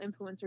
influencers